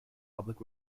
public